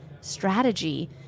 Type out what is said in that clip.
strategy